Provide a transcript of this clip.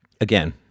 Again